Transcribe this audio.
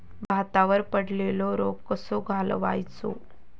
भातावर पडलेलो रोग कसो घालवायचो?